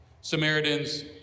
Samaritans